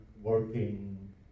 working